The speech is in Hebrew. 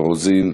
רוזין,